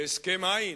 והסכם, אין.